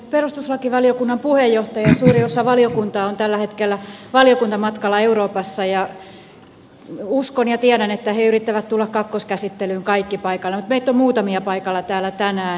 perustuslakivaliokunnan puheenjohtaja ja suuri osa valiokuntaa on tällä hetkellä valiokuntamatkalla euroopassa ja uskon ja tiedän että he yrittävät tulla kakkoskäsittelyyn kaikki paikalle mutta meitä on muutamia paikalla täällä tänään